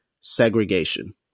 segregation